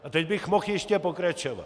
A teď bych mohl ještě pokračovat.